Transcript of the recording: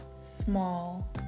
small